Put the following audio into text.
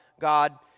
God